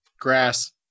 Grass